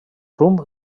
rumb